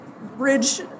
bridge